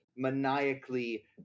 Maniacally